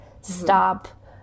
stop